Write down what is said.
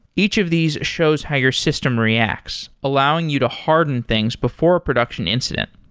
each of these shows how your system reacts, allowing you to harden things before a production incident.